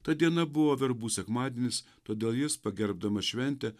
ta diena buvo verbų sekmadienis todėl jis pagerbdamas šventę